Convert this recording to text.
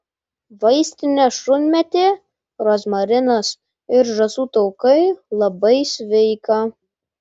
vaistinė šunmėtė rozmarinas ir žąsų taukai labai sveika